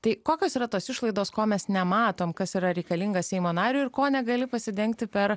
tai kokios yra tos išlaidos ko mes nematom kas yra reikalingas seimo nariui ir ko negali pasidengti per